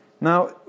Now